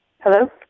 Hello